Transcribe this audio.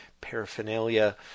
paraphernalia